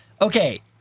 Okay